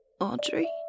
Audrey